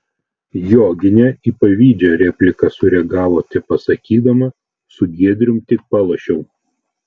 joginė į pavydžią repliką sureagavo tepasakydama su giedrium tik palošiau